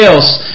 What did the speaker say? else